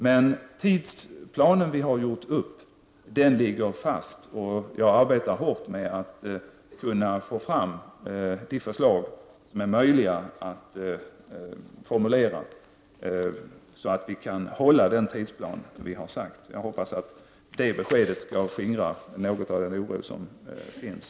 Men den tidsplan som vi har gjort upp ligger fast, och jag arbetar hårt med att få fram de förslag som är möjliga att formulera, allt i syfte att hålla den utlovade tidsplanen. Jag hoppas att detta besked skall skingra något av den oro som finns.